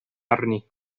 arni